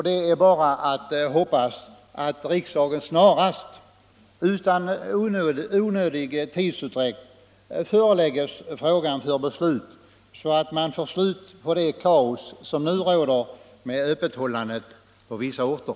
Det är bara att hoppas att riksdagen snarast, utan onödig tidsutdräkt, föreläggs frågan för beslut, så att vi får slut på det kaos som nu råder i öppethållandet på vissa orter.